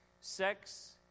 Sex